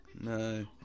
No